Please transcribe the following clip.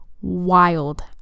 wild